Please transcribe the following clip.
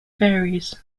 varies